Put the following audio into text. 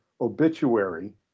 obituary